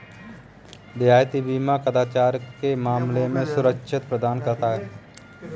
देयता बीमा कदाचार के मामले में सुरक्षा प्रदान करता है